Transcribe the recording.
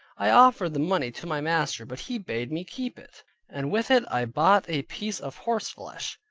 i offered the money to my master, but he bade me keep it and with it i bought a piece of horse flesh.